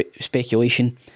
speculation